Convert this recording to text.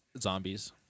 zombies